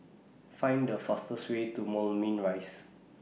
Find The fastest Way to Moulmein Rise